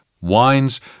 wines